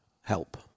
help